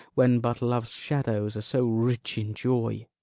when but love's shadows are so rich in joy!